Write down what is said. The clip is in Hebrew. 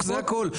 זה הכול.